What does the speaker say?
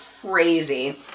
crazy